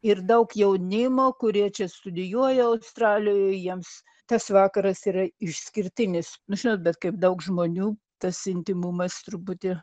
ir daug jaunimo kurie čia studijuoja australijoj jiems tas vakaras yra išskirtinis nu žinot bet kaip daug žmonių tas intymumas truputį